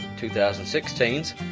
2016's